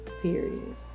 period